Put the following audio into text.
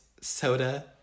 soda